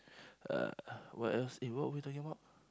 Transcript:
uh what else eh what we talking about